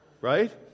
Right